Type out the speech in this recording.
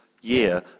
year